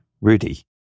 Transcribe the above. Rudy